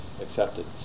accepted